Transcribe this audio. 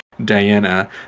Diana